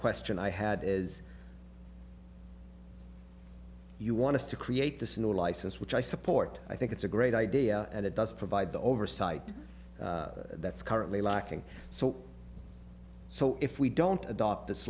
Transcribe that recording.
question i had is you want to create this new license which i support i think it's a great idea and it does provide the oversight that's currently lacking so so if we don't adopt this